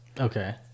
Okay